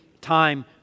time